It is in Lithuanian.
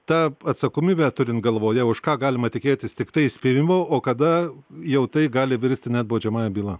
ta atsakomybę turint galvoje už ką galima tikėtis tiktai įspėjimo o kada jau tai gali virsti net baudžiamąja byla